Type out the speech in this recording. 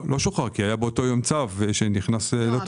לא שוחרר, כי באותו יום היה צו שנכנס לתוקף.